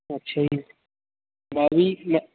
ਅੱਛਾ ਜੀ ਮੈਂ ਵੀ